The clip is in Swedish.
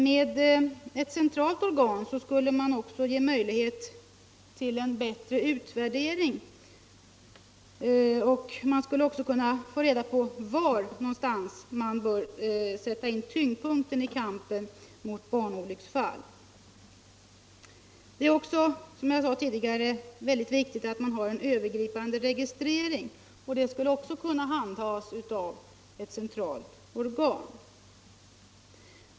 Med ett centralt organ skulle man också ha möjlighet till en bättre utvärdering och kunna få reda på var man bör sätta in tyngdpunkten i kampen mot barnolycksfall. Det är också, som jag sade tidigare, mycket viktigt att man har en övergripande re 110 gistrering, och även den skulle kunna handhas av ett centralt organ.